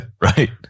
Right